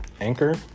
Anchor